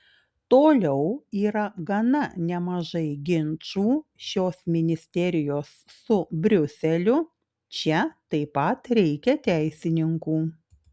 toliau yra gana nemažai ginčų šios ministerijos su briuseliu čia taip pat reikia teisininkų